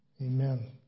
Amen